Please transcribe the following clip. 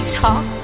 talk